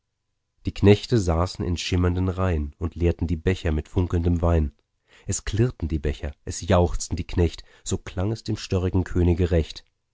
die knechte saßen in schimmernden reihn und leerten die becher mit funkelndem wein es klirrten die becher es jauchzten die knecht so klang es dem störrigen könige recht